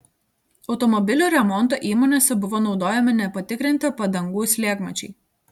automobilių remonto įmonėse buvo naudojami nepatikrinti padangų slėgmačiai